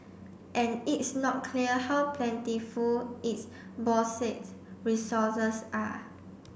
and it's not clear how plentiful its bauxite resources are